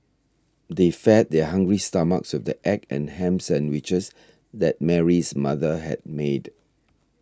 they fed their hungry stomachs with the egg and ham sandwiches that Mary's mother had made